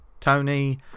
tony